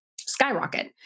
skyrocket